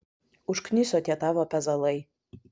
užkniso tie tavo pezalai